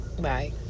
bye